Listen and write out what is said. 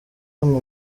hano